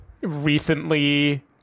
recently